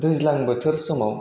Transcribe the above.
दैज्लां बोथोर समाव